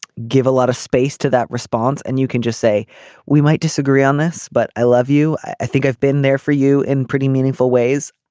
give a lot of space to that response and you can just say we might disagree on this but i love you. i think i've been there for you in pretty meaningful ways.